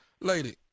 lady